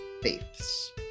Faiths